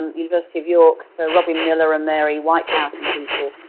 university of york, so robin millar and mary whitehouse and people.